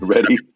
Ready